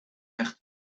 hecht